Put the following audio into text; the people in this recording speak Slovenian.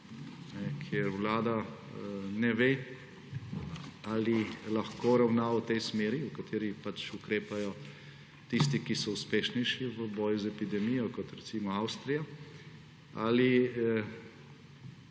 Vlada ne ve, ali lahko ravna v tej smeri, v kateri ukrepajo tisti, ki so uspešnejši v boju z epidemijo, kot recimo Avstrija, ali